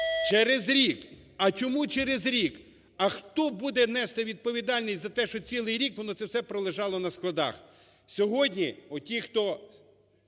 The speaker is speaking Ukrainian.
Через рік. А чому через рік? А хто буде нести відповідальність за те, що цілий рік воно це все пролежало на складах?